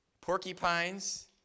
porcupines